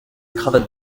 cravate